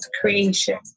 creation